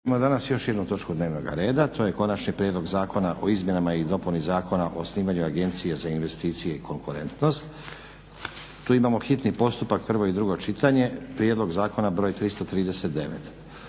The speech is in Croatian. ćemo danas još jednu točku dnevnoga reda, to je: - Konačni prijedlog Zakona o izmjenama i dopuni Zakona o osnivanju Agencije za investicije i konkurentnost, hitni postupak, prvo i drugo čitanje, P.Z. br. 339;